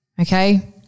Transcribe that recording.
Okay